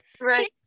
Right